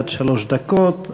עד שלוש דקות.